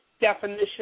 Definition